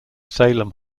salem